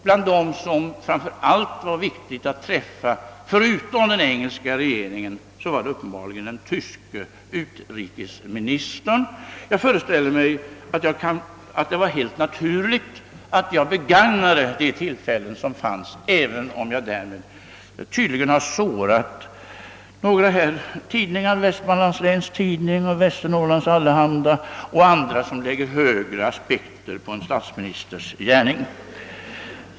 Bland dem som det framför allt var viktigt att träffa förutom den engelska regeringen — var den västtyske utrikesministern. Det borde alltså ha varit helt naturligt att jag utnyttjade denna möjlighet, även om jag därmed tydligen har sårat några av de tidningar — Vestmanlands Läns Tidning, Västernorrlands Allehanda och andra — som anlägger högre aspekter på en statsministers gärning.